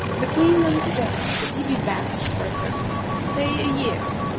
the queen then suggested that he be banished for a certain time, say a year.